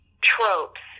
tropes